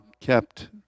kept